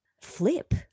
flip